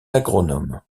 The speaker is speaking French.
agronome